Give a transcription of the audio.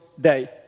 day